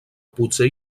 potser